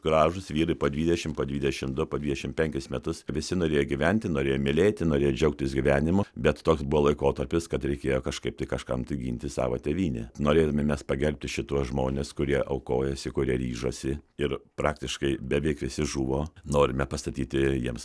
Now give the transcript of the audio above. gražūs vyrai po dvidešim po dvidešim du po dvidešim penkis metus visi norėjo gyventi norėjo mylėti norėjo džiaugtis gyvenimu bet toks buvo laikotarpis kad reikėjo kažkaip tai kažkam ginti savo tėvynę norėdami mes pagerbti šituos žmonis kurie aukojosi kurie ryžosi ir praktiškai beveik visi žuvo norime pastatyti jiems